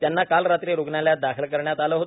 त्यांना काल रात्री रुग्णालयात दाखल करण्यात आलं आहे